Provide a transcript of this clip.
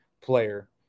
player